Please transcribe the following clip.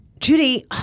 Judy